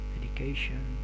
medication